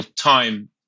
time